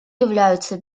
являются